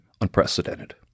unprecedented